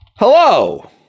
Hello